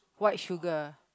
white sugar